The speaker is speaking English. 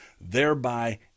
thereby